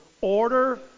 order